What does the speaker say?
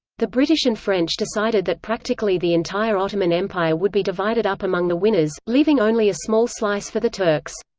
the british and french decided that practically the entire ottoman empire would be divided up among the winners, leaving only a small slice for the turks.